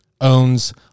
owns